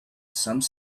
some